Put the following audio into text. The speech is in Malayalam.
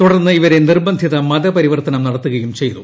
തുടർന്ന് ഇവരെ നിർബന്ധിത മതപരിവർത്തനം നടത്തുകയും ചെയ്തു